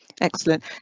Excellent